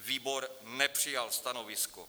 Výbor nepřijal stanovisko.